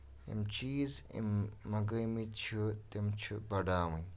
یِم چیٖز أمۍ منگنٲمٕتۍ چھِ تِم چھِ بَڑاوٕنۍ